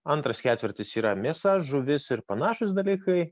antras ketvirtis yra mėsa žuvis ir panašūs dalykai